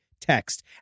text